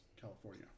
California